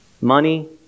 money